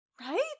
Right